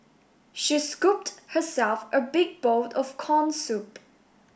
she scooped herself a big bowl of corn soup